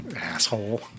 asshole